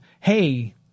hey